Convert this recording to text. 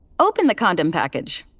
open the condom package,